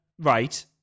right